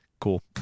cool